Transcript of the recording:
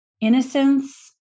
innocence